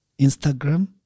Instagram